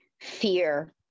fear